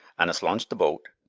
an' us launched th' boat.